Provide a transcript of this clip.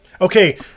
Okay